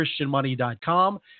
christianmoney.com